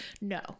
No